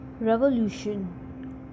Revolution